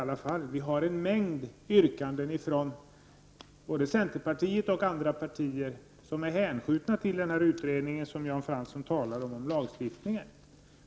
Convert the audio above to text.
Det finns ju en mängd yrkanden bl.a. från centerpartiet som hänskjutits till den utredning som Jan Fransson talar om när det gäller lagstiftningen.